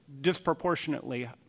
disproportionately